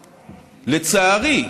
לצערי,